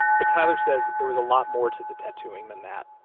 but tyler says there was a lot more to the tattooing than that.